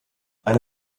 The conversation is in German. eine